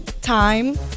time